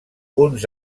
uns